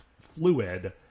fluid